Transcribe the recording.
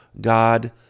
God